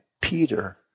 Peter